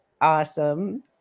awesome